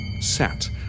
sat